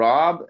Rob